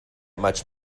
much